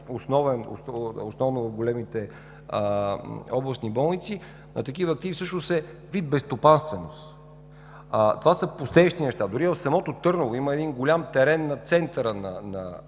основно в големите областни болници, такива активи всъщност са вид безстопанственост. Това са пустеещи неща. Дори и в самото Търново има един голям терен на центъра на